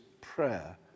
prayer